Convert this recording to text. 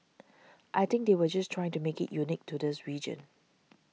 I think they were just trying to make it unique to this region